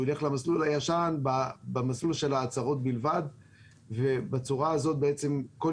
הוא יילך למסלול הישן במסלול של ההצהרות בלבד ובצורה הזאת בעצם כל